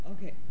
Okay